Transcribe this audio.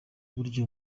burya